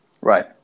right